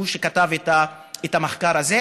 הוא שכתב את המחקר הזה.